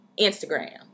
Instagram